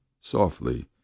softly